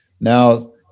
Now